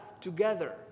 together